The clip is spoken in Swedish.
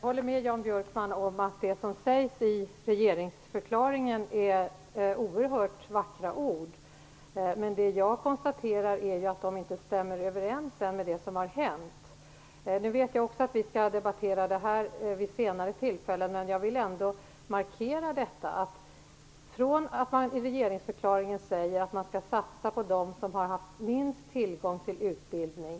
Herr talman! Jag håller med om att det står oerhört vackra ord i regeringsförklaringen. Men det jag konstaterar är att de inte stämmer överens med det som har hänt. Jag vet också att vi skall debattera den här frågan vid ett senare tillfälle, men jag vill ändå markera detta: I regeringsförklaringen säger man att man skall satsa på dem som har haft minst tillgång till utbildning.